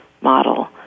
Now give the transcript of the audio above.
model